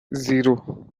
zero